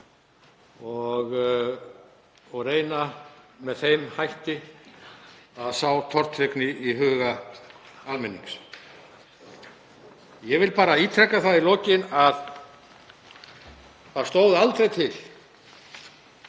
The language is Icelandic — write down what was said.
og reyna með þeim hætti að sá tortryggni í huga almennings. Ég vil bara ítreka það í lokin að það stóð aldrei til